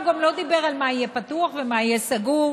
הוא גם לא דיבר על מה יהיה פתוח ומה יהיה סגור,